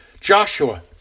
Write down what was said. Joshua